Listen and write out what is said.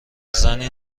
زنی